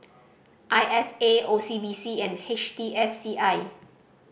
I S A O C B C and H T S C I